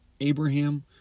Abraham